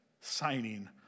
signing